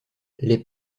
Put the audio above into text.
les